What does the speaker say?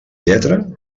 lletra